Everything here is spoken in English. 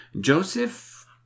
Joseph